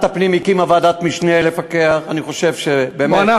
אני חושב שהיושב-ראש צודק,